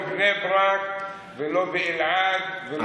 לא בבני ברק ולא באלעד ולא,